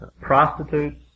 prostitutes